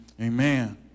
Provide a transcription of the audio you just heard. Amen